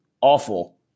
awful